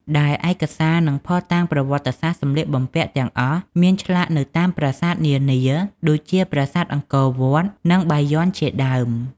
ដែលឯកសារ និងភស្តុតាងប្រវត្តិសាស្ត្រសម្លៀកបំពាក់ទាំងអស់មានឆ្លាក់នៅតាមប្រាសាទនានា ដូចជាប្រាសាទអង្គរវត្ត និងបាយ័នជាដើម។